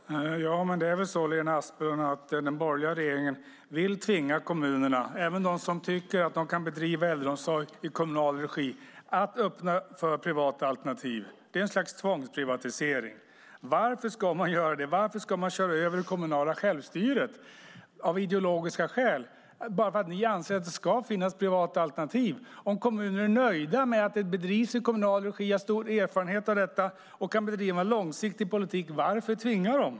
Herr talman! Det är väl så, Lena Asplund, att den borgerliga regeringen vill tvinga kommunerna, även de kommuner som tycker att de kan bedriva äldreomsorg i kommunal regi, att öppna för privata alternativ - ett slags tvångsprivatisering. Varför ska man göra så? Varför ska man av ideologiska skäl köra över det kommunala självstyret - alltså bara därför att ni anser att det ska finnas privata alternativ? Om kommuner är nöjda med att verksamheten bedrivs i kommunal regi - jag har själv stor erfarenhet av detta - och kan bedriva en långsiktig politik, varför då tvinga dem?